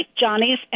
Johnny's